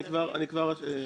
כבר.